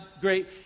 great